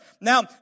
Now